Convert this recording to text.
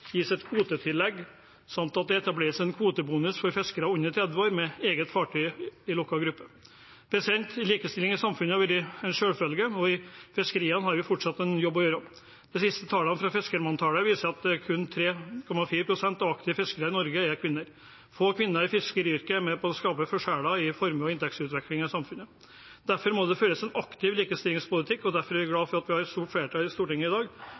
gis et kvotetillegg, samt at det etableres en kvotebonus for fiskere under 30 år med eget fartøy i lukket gruppe. Likestilling i samfunnet har vært en selvfølge, og i fiskeriene har vi fortsatt en jobb å gjøre. De siste tallene fra fiskermanntallet viser at kun 3,4 pst. av aktive fiskere i Norge er kvinner. Få kvinner i fiskeryrket er med på å skape forskjeller i formue- og inntektsutviklingen i samfunnet. Derfor må det føres en aktiv likestillingspolitikk, og derfor er jeg glad for at vi har et stort flertall i Stortinget i dag